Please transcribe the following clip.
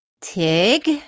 Tig